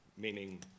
meaning